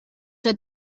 der